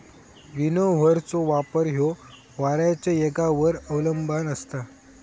विनोव्हरचो वापर ह्यो वाऱ्याच्या येगावर अवलंबान असता